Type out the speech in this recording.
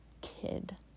kid